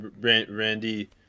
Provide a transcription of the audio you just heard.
Randy